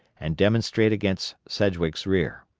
and demonstrate against sedgwick's rear.